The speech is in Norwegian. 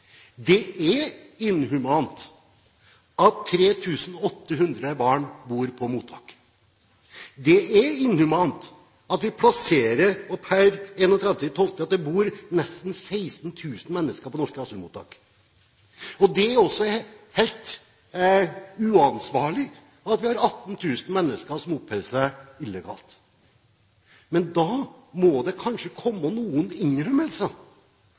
Det er inhumant at 3 800 barn bor på mottak. Det er inhumant at det per 31. desember bor nesten 16 000 mennesker på norske asylmottak. Det er også helt uansvarlig at vi har 18 000 mennesker som oppholder seg her illegalt. Men da må det kanskje komme noen innrømmelser